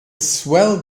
swell